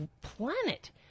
planet